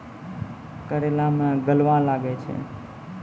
करेला मैं गलवा लागे छ?